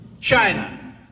China